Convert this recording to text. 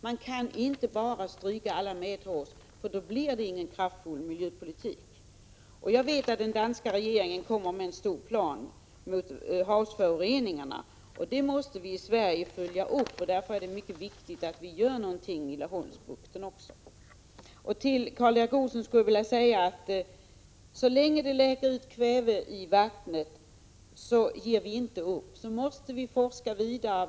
Man kan inte bara stryka alla medhårs — då blir det ingen kraftfull miljöpolitik. Jag vet att den danska regeringen kommer att presentera en omfattande plan mot havsföroreningarna, och de åtgärderna måste vi följa upp i Sverige. Därför är det mycket viktigt att vi också gör någonting i Laholmsbukten. Till Karl Erik Olsson vill jag säga att så länge det läcker ut kväve i vattnet ger vi inte upp. Vi måste forska vidare.